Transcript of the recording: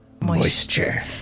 moisture